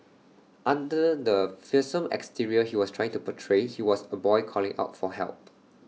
under the fearsome exterior he was trying to portray he was A boy calling out for help